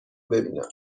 ببینم